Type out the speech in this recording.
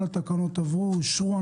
כל התקנות עברו ואושרו.